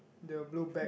the blue bag